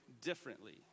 differently